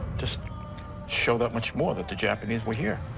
just show that much more that the japanese were here.